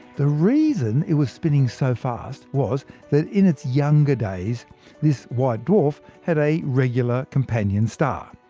the reason it was spinning so fast was that in its younger days this white dwarf had a regular companion star.